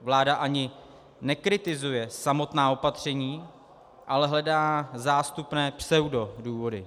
Vláda ani nekritizuje samotná opatření, ale hledá zástupné pseudodůvody.